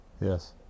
Yes